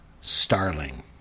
Starling